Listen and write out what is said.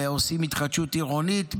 ועושים התחדשות עירונית בירושלים,